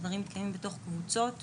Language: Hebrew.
הדברים מתקיימים בתוך קבוצות.